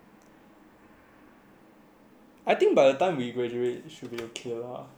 I think by the time we graduate should be okay lah like all the jobs should be back